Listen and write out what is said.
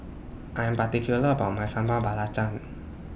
I Am particular about My Sambal Belacan